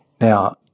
Now